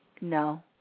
no